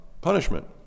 punishment